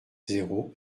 zéro